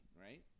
right